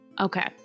Okay